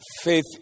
Faith